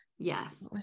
Yes